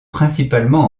principalement